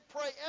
pray